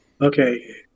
Okay